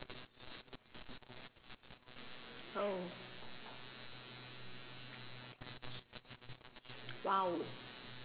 oh !wow!